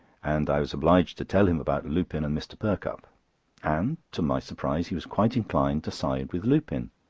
and i was obliged to tell him about lupin and mr. perkupp and, to my surprise, he was quite inclined to side with lupin.